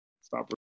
Stop